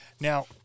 Now